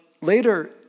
later